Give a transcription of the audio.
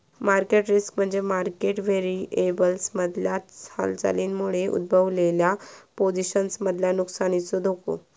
market risk म्हणजे market व्हेरिएबल्समधल्या हालचालींमुळे उद्भवलेल्या पोझिशन्समधल्या नुकसानीचो धोको